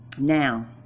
now